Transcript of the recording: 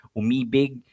umibig